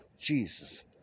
Jesus